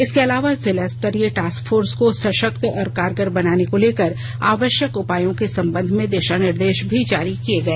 इसके अलावा जिला स्तरीय टास्क फोर्स को सशक्त और कारगर बनाने को लेकर आवश्यक उपायों के संबंध में दिशा निर्देश भी जारी किये गए